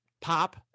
pop